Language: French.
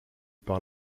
par